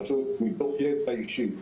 פשוט מתוך ידע אישי.